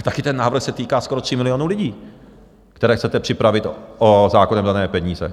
Ale také ten návrh se týká skoro 3 milionů lidí, které chcete připravit o zákonem dané peníze.